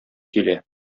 килә